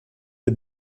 the